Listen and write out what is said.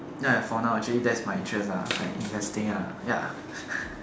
ya for now actually that's my interest ah investing ah ya